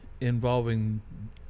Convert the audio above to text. involving